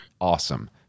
Awesome